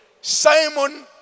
Simon